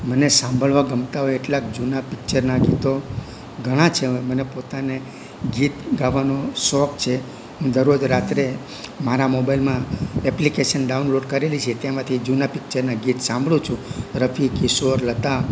મને સાંભળવા ગમતા હોય એટલા જૂના પિક્ચરના ગીતો ઘણા છે મને પોતાને ગીત ગાવાનો શોખ છે હું દરરોજ રાત્રે મારા મોબાઇલમાં એપ્લિકેશન ડાઉનલોડ કરેલી છે તેમાંથી જૂના પિક્ચરના ગીત સાંભળું છું રફી કિશોર લતા